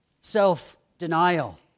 self-denial